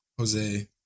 Jose